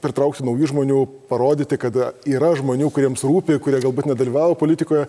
pritraukti naujų žmonių parodyti kada yra žmonių kuriems rūpi kurie galbūt nedalyvavo politikoje